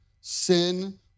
Sin